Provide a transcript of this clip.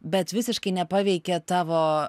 bet visiškai nepaveikė tavo